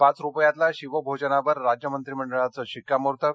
पाच रुपयातल्या शिवभोजनावर राज्य मंत्रिमंडळाचं शिक्कामोर्तब